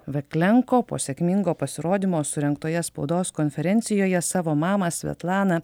veklenko po sėkmingo pasirodymo surengtoje spaudos konferencijoje savo mamą svetlaną